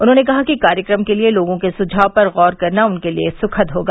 उन्होंने कहा कि कार्यक्रम के लिए लोगों के सुझाव पर गौर करना उनके लिए सुखद होगा